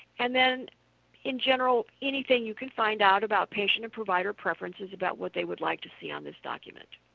and then in general, anything you can find out about patient and provider preferences, about what they would like to see on this document.